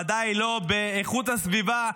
ודאי לא באיכות הסביבה.